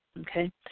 Okay